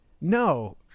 no